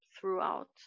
throughout